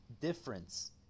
difference